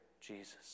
Jesus